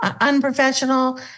unprofessional